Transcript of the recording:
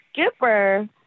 skipper